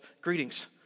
greetings